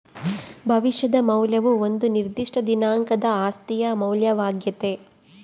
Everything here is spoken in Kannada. ಭವಿಷ್ಯದ ಮೌಲ್ಯವು ಒಂದು ನಿರ್ದಿಷ್ಟ ದಿನಾಂಕದ ಆಸ್ತಿಯ ಮೌಲ್ಯವಾಗ್ಯತೆ